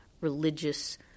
religious